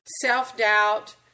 self-doubt